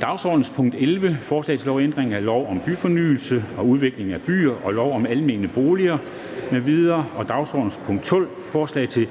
Dagsordenens punkt 11, forslag til lov om ændring af lov om byfornyelse og udvikling af byer og lov om almene boliger m.v. (lovforslag nr. L 6), dagsordenens punkt 12, forslag til